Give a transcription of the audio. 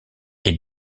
est